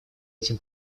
этим